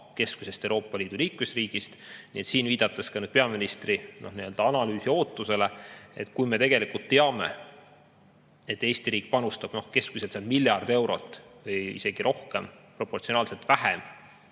keskmisest Euroopa Liidu liikmesriigist. Siin, viidates peaministri analüüsi ootusele, kui me tegelikult teame, et Eesti riik panustab keskmiselt miljard eurot – või isegi rohkem – proportsionaalselt vähem